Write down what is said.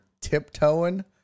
tiptoeing